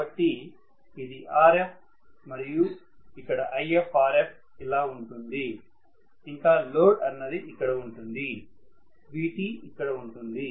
కాబట్టి ఇది Rf మరియు ఇక్కడ IfRf ఇలా ఉంటుంది ఇంకా లోడ్ అన్నది ఇక్కడ ఉంటుంది Vt ఇక్కడ ఉంటుంది